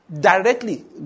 Directly